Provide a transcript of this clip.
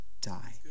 die